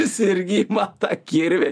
jis irgi ima tą kirvį